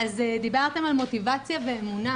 דיברתם על מוטיבציה ואמונה.